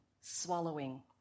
swallowing